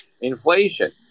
inflation